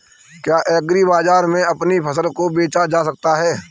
क्या एग्रीबाजार में अपनी फसल को बेचा जा सकता है?